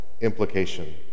implication